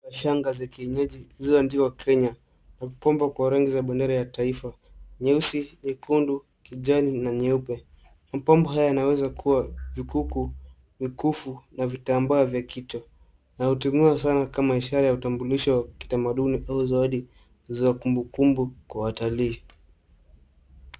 Shanga za kinyezi, zilizopambwa kwa uzu, zinaweza kuwekwa kama shanga, mkufu, au vitamba vidogo, zikitumia rangi za bendera ya taifa: nyeusi, nyekundu, kijani, na nyeupe. Zinatumika sana kama ishara ya utambulisho wa kitamaduni na kumbukumbu, kama zinavyotumika.